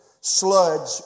sludge